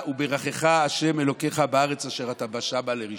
וברכך ה' אלהיך בארץ אשר אתה בא שמה לרשתה".